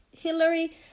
Hillary